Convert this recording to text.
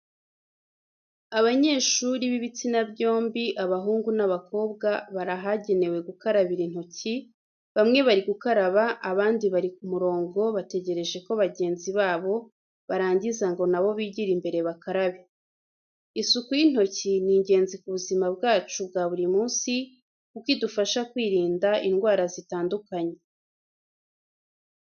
Abanyeshuri b'ibitsina byombi abahungu n'abakobwa bari ahagenewe gukarabira intoki, bamwe bari gukaraba abandi bari ku murongo bategereje ko bagenzi babo barangiza ngo nabo bigire imbere bakarabe. Isuku y'intoki ni ingenzi ku buzima bwacu bwa buri munsi kuko idufasha kwirinda indwara zitandukanye.